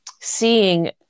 seeing